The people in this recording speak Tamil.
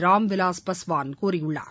ராம்விலாஸ் பாஸ்வான் கூறியுள்ளார்